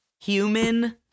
human